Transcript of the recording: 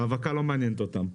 האבקה לא מעניינת אותם.